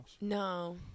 no